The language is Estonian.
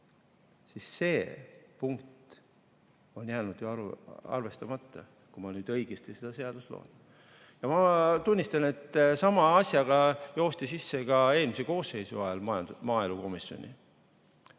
See punkt on jäänud ju arvestamata, kui ma nüüd õigesti seda seadust loen. Ma tunnistan, et sama asjaga joosti ka eelmise koosseisu ajal sisse maaelukomisjoni.